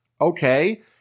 Okay